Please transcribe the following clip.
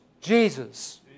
Jesus